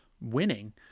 winning